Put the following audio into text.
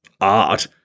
art